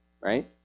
right